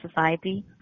society